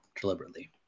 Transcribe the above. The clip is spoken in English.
deliberately